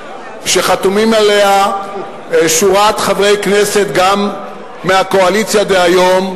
שחתומה עליה שורת חברי כנסת גם מהקואליציה דהיום,